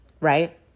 right